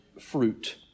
fruit